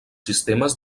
sistemes